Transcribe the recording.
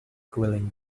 grilling